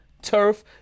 Turf